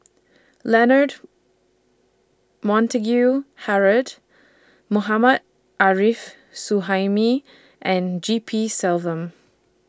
Leonard Montague Harrod Mohammad Arif Suhaimi and G P Selvam